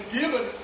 given